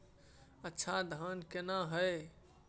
अच्छा धान केना हैय?